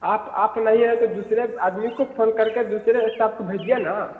आप आप नहीं है तो दुसरे आदमी को फ़ोन करके दुसरे स्टाफ को भेजिए न